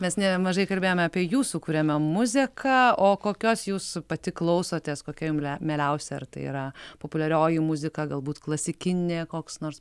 mes nemažai kalbėjome apie jūsų kuriamą muziką o kokios jūs pati klausotės kokia jum le mieliausia ar tai yra populiarioji muzika galbūt klasikinė koks nors